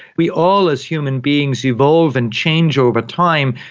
we all as human beings evolve and change over time,